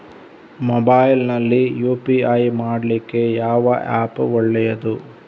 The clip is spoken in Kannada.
ಮೊಬೈಲ್ ನಲ್ಲಿ ಯು.ಪಿ.ಐ ಮಾಡ್ಲಿಕ್ಕೆ ಯಾವ ಆ್ಯಪ್ ಒಳ್ಳೇದು?